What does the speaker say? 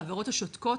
העבירות השותקות,